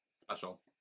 Special